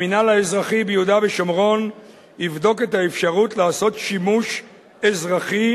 המינהל האזרחי ביהודה ושומרון יבדוק את האפשרות לעשות שימוש אזרחי